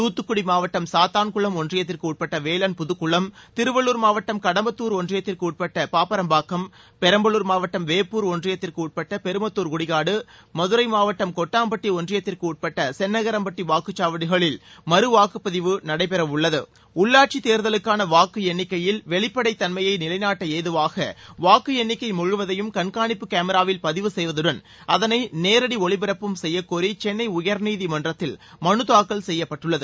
துத்துக்குடி மாவட்டம் சாத்தான்குளம் ஒன்றியத்திற்குட்பட்ட வேலன்புதுக்குளம் திருவள்ளூர் மாவட்டம் கடம்பத்தூர் ஒன்றியத்திற்கு உட்பட்ட பாப்பரம்பாக்கம் பெரம்பலூர் மாவட்டம் வேப்பூர் ஒன்றியத்திற்கு உட்பட்ட பெருமத்தூர்குடிகாடு மதுரை மாவட்டம் கொட்டாம்பட்டி ஒன்றியத்திற்கு உட்பட்ட சென்னகரம்பட்டி வாக்குச்சாவடிகளில் மறுவாக்குப்பதிவு நடைபெற உள்ளது உள்ளாட்சித் தேர்தலுக்கான வாக்கு எண்ணிக்கையில் வெளிப்படைத் தன்மையை நிலைநாட்ட ஏதுவாக வாக்கு எண்ணிக்கை முழுவதையும் கண்காணிப்பு கேமராவில் பதிவு செய்வதுடன் அதனை நேரடி ஒளிபரப்பும் செய்ய கோரி சென்னை உயர்நீதிமன்றத்தில் மனு தாக்கல் செய்யப்பட்டுள்ளது